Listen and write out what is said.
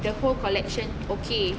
the whole collection okay